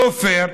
לא פייר,